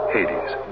Hades